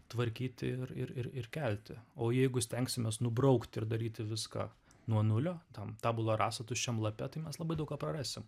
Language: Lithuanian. tvarkyti ir ir ir ir kelti o jeigu stengsimės nubraukti ir daryti viską nuo nulio tam tabula rasa tuščiam lape tai mes labai daug ką prarasim